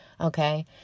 okay